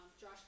Josh